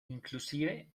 inclusive